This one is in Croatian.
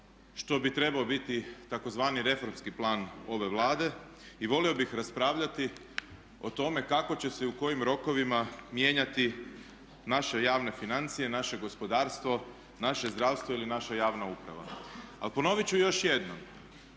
što bi trebao biti tzv. reformski plan ove Vlade i volio bih raspravljati o tome kako će se i u kojim rokovima mijenjati naše javne financije, naše gospodarstvo, naše zdravstvo ili naša javna uprava. A ponoviti ću još jednom,